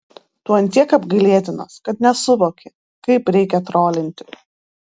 tu ant tiek apgailėtinas kad nesuvoki kaip reikia trolinti